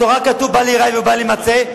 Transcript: בתורה כתוב: בל ייראה ובל יימצא.